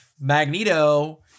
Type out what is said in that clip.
Magneto